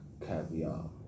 caviar